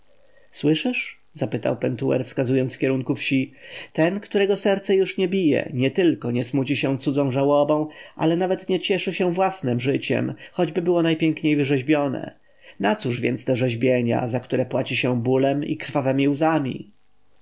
słyszysz zapytał pentuer wskazując w kierunku wsi ten którego serce już nie bije nietylko nie smuci się cudzą żałobą ale nawet nie cieszy się własnem życiem choćby było najpiękniej wyrzeźbione nacóż więc te rzeźbienia za które płaci się bólem i krwawemi łzami